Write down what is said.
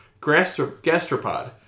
gastropod